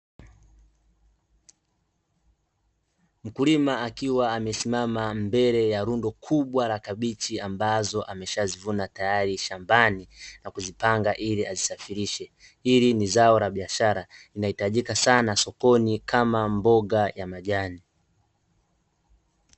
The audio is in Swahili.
Mkulima akiwa amesimama mbele ya rundo kubwa la kabichi ambazo ameshazivuna tayari shambani, na kuzipanga ili azisafirishe. Hili ni zao la biashara linahitajika sana sokoni kama mboga ya majani.